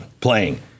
playing